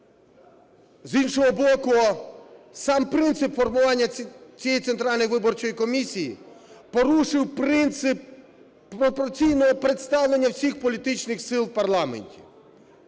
З іншого боку, сам принцип формування цієї Центральної виборчої комісії порушив принцип пропорційного представлення всіх політичних сил в парламенті.